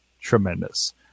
tremendous